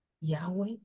Yahweh